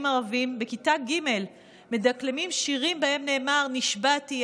ערבים בכיתה ג' מדקלמים שירים שבהם נאמר: "נשבעתי,